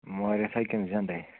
مٲرِتھ ہا کِنہٕ زِنٛدے